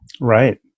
Right